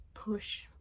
push